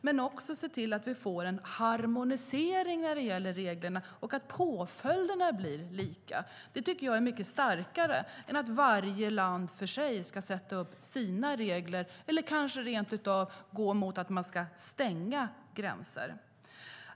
Vi ska också se till att vi får en harmonisering när det gäller reglerna och att påföljderna blir lika. Det tycker jag är mycket starkare än att varje land för sig ska sätta upp sina regler eller kanske rentav gå mot att stänga gränser.